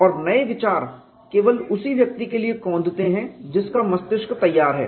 और नए विचार केवल उसी व्यक्ति के लिए कौंधते हैं जिसका मस्तिष्क तैयार है